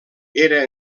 era